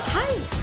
hi